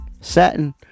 satin